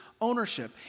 ownership